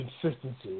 consistency